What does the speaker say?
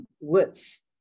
words